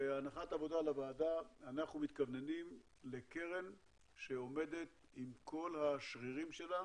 כהנחת עבודה לוועדה אנחנו מתכוונים לקרן שעומדת עם כל השרירים שלה